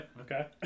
okay